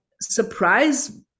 surprise